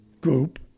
group